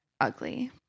ugly